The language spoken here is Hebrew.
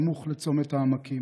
סמוך לצומת העמקים.